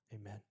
amen